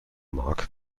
marc